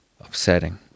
upsetting